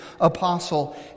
apostle